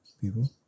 people